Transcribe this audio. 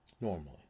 Normally